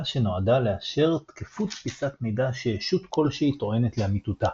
שנועדה לאשר תקפות פיסת מידע שישות כלשהי טוענת לאמיתותה.